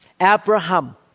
Abraham